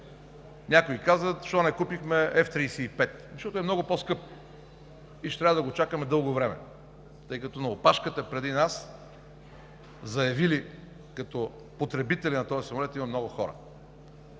Някои казват: защо не купихме F-35? Защото е много по-скъп и ще трябва да го чакаме дълго време, тъй като на опашката преди нас заявили се като потребители на този самолет има много хора.